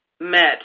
met